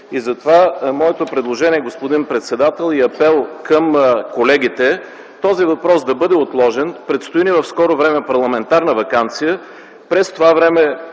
и затова моето предложение, госпожо председател, и апел към колегите е този въпрос да бъде отложен. Предстои ни в скоро време парламентарна ваканция, през това време